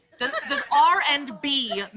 does does r and b